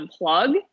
unplug